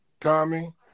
Tommy